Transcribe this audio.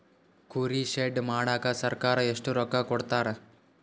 ಕುರಿ ಶೆಡ್ ಮಾಡಕ ಸರ್ಕಾರ ಎಷ್ಟು ರೊಕ್ಕ ಕೊಡ್ತಾರ?